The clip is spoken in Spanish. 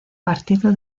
partido